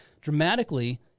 dramatically